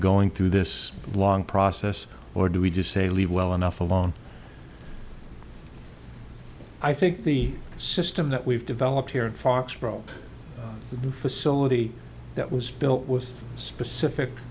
going through this long process or do we just say leave well enough alone i think the system that we've developed here in foxboro the facility that was built was specific